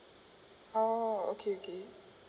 oh okay okay